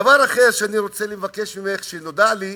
דבר אחר שאני רוצה לבקש ממך: נודע לי,